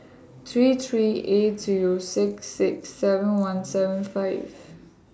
three three eight Zero six six seven one seven five